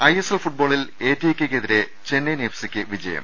I S L ഫുട്ബോളിൽ A T K ക്കെതിരെ Chennaiyin F സിക്ക് ജയം